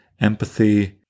empathy